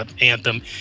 anthem